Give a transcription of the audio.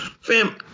fam